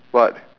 what